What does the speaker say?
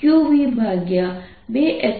da qv20R2R2v2t232 B